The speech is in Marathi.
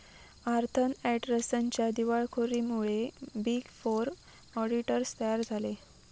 आर्थर अँडरसनच्या दिवाळखोरीमुळे बिग फोर ऑडिटर्स तयार झाले